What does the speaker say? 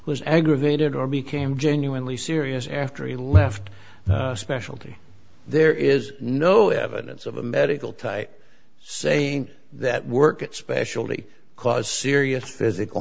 was aggravated or became genuinely serious after he left specialty there is no evidence of a medical tie saying that work at specialty cause serious physical